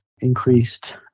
increased